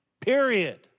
period